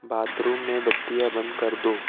bathroom में बत्तियाँ बंद कर दो